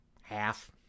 Half